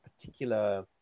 particular